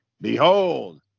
behold